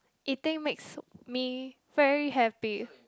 eating makes me very happy